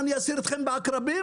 אני אייסר אתכם בעקרבים?